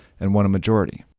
and won a majority.